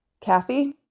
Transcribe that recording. Kathy